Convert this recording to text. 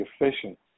efficient